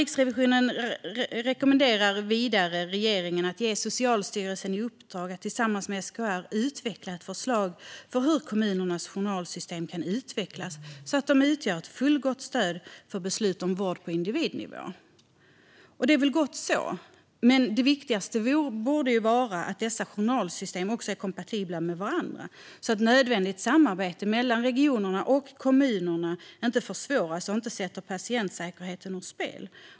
Riksrevisionen rekommenderar vidare regeringen att ge Socialstyrelsen i uppdrag att tillsammans med SKR utveckla ett förslag för hur kommunernas journalsystem kan utvecklas så att de utgör ett fullgott stöd för beslut om vård på individnivå. Det är gott så, men det viktigaste borde vara att dessa journalsystem också är kompatibla med varandra så att nödvändigt samarbete mellan regionerna och kommunerna inte försvåras och sätter patientsäkerheten ur spel.